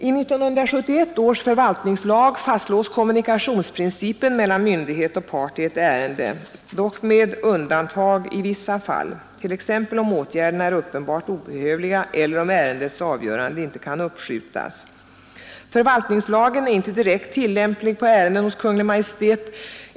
I 1971 års förvaltningslag fastslås kommunikationsprincipen mellan myndighet och part i ett ärende — dock med undantag i vissa fall, t.ex. om åtgärderna är uppenbart obehövliga eller om ärendets avgörande inte kan uppskjutas. Förvaltningslagen är inte direkt tillämplig på ärenden hos Kungl. Maj:t.